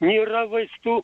nėra vaistų